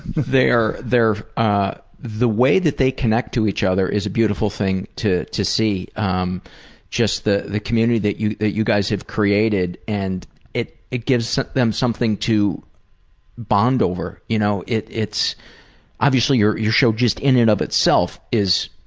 they are ah the way that they connect to each other is a beautiful thing to to see. um just the the community that you that you guys have created and it it gives them something to bond over. you know, it's obviously your your show just in and of itself is